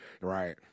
Right